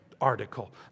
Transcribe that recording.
article